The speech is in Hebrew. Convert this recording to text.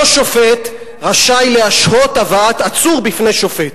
לא שופט, רשאי להשהות הבאת עצור בפני שופט,